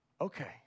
okay